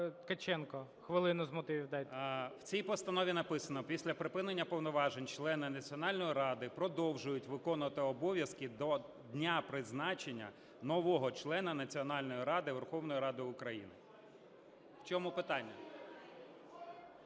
У цій постанові написано: "Після припинення повноважень члени Національної ради продовжують виконувати обов'язки до дня призначення нового члена Національної ради Верховною Радою України". У чому питання?